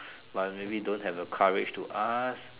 but maybe don't have the courage to ask